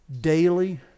Daily